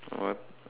what